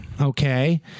okay